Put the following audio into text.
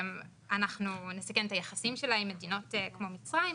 אנחנו נסכן את היחסים שלה עם מדינות כמו מצרים?